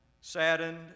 saddened